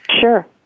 Sure